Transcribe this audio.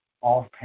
off